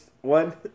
one